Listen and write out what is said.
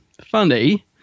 funny